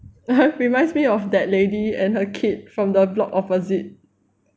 reminds me of that lady and her kid from the block opposite